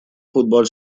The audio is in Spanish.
fútbol